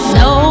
no